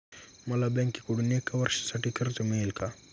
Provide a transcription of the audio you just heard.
मला बँकेकडून एका वर्षासाठी कर्ज मिळेल का?